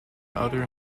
other